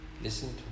Listen